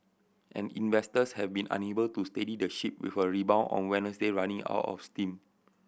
and investors have been unable to steady the ship with a rebound on Wednesday running out of steam